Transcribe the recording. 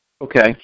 Okay